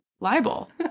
libel